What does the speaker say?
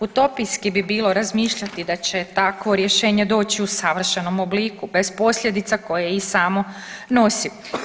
Utopijski bi bilo razmišljati da će takvo rješenje doći u savršenom obliku bez posljedica koje i samo nosi.